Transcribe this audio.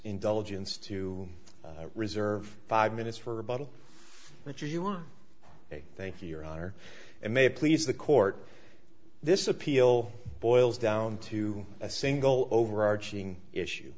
indulgence to reserve five minutes for a bottle which are you on a thank you your honor and may please the court this appeal boils down to a single overarching issue